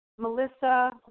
Melissa